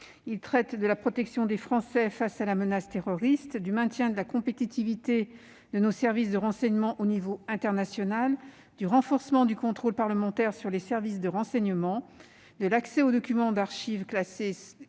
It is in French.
traite de la protection des Français face à la menace terroriste, du maintien de la compétitivité de nos services de renseignement au niveau international, du renforcement du contrôle parlementaire sur les services de renseignement et de l'accès aux documents d'archives classés